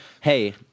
Hey